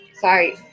sorry